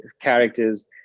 characters